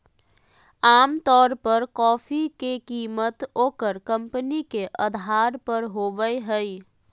आमतौर पर कॉफी के कीमत ओकर कंपनी के अधार पर होबय हइ